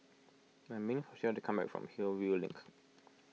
I for Sheilah to come back from Hillview Link